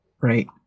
Right